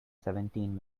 seventeen